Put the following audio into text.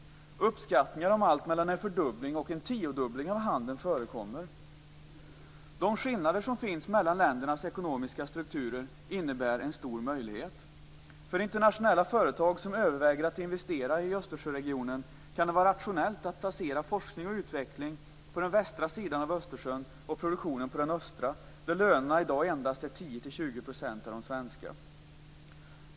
Uppskattningar om allt mellan en fördubbling och en tiodubbling av handeln förekommer. De skillnader som finns mellan ländernas ekonomiska strukturer innebär en stor möjlighet. För internationella företag som överväger att investera i Östersjöregionen kan det vara rationellt att placera forskning och utveckling på den västra sidan av Östersjön och produktionen på den östra, där lönerna i dag endast är 10-20 % av de svenska.